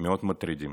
מאוד מטרידים.